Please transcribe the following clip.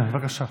כן, בבקשה.